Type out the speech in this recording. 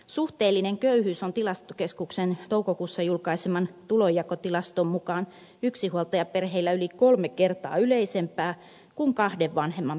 suhteellinen köyhyys on tilastokeskuksen toukokuussa julkaiseman tulonjakotilaston mukaan yksinhuoltajaperheillä yli kolme kertaa yleisempää kuin kahden vanhemman perheillä